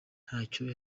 ntacyo